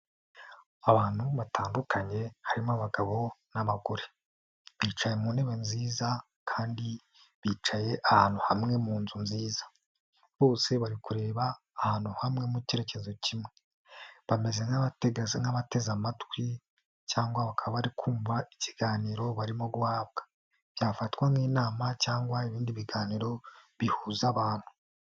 bantu batandukanye, harimo abagabo n'abagore. Bicaye mu ntebe nziza kandi bicaye ahantu hamwe mu nzu nziza. Bose bari kureba ahantu hamwe mu cyerekezo kimwe. Bameze nk'abateze amatwi cyangwa bakaba bari kumva ikiganiro barimo guhabwa. Byafatwa nk'inama cyangwa ibindi biganiro bihuza abantu.